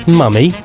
mummy